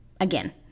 Again